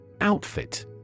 Outfit